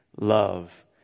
love